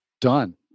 done